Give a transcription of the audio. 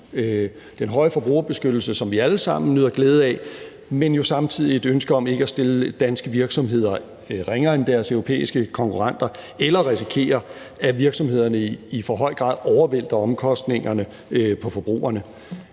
den høje forbrugerbeskyttelse, som vi alle sammen nyder glæde af, men samtidig er der jo et ønske om ikke at stille danske virksomheder ringere end deres europæiske konkurrenter eller risikere, at virksomhederne i for høj grad overvælter omkostningerne på forbrugerne.